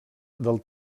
del